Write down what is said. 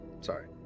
Sorry